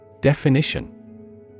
Definition